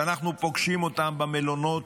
שאנחנו פוגשים אותם במלונות,